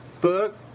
book